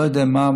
לא יודע מה,